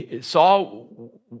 Saul